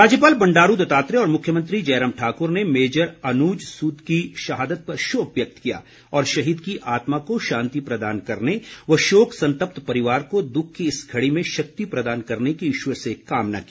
राज्यपाल बंडारू दत्तात्रेय और मुख्यमंत्री जयराम ठाकुर ने मेजर अनुज सूद की शहादत पर शोक व्यक्त किया और शहीद की आत्मा को शांति प्रदान करने व शोक संतप्त परिवार को दुख की इस घड़ी में शक्ति प्रदान करने की ईश्वर से कामना की